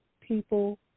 people